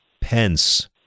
Pence